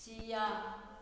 Siya